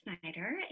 Snyder